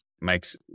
makes